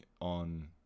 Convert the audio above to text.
on